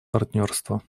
партнерство